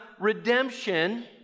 redemption